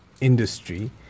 industry